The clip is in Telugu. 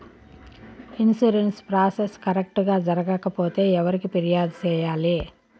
ఇన్సూరెన్సు ప్రాసెస్ కరెక్టు గా జరగకపోతే ఎవరికి ఫిర్యాదు సేయాలి